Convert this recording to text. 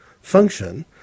function